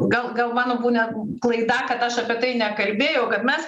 gal gal mano būna klaida kad aš apie tai nekalbėjau kad mes